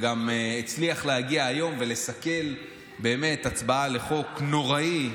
וגם הצליח להגיע היום ולסכל הצבעה על חוק נוראי,